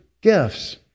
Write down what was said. gifts